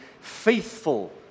faithful